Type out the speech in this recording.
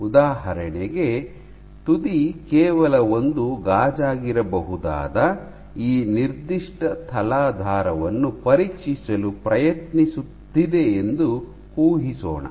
ಉದಾಹರಣೆಗೆ ತುದಿ ಕೇವಲ ಒಂದು ಗಾಜಾಗಿರಬಹುದಾದ ಈ ನಿರ್ದಿಷ್ಟ ತಲಾಧಾರವನ್ನು ಪರೀಕ್ಷಿಸಲು ಪ್ರಯತ್ನಿಸುತ್ತಿದೆ ಎಂದು ಊಹಿಸೋಣ